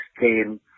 came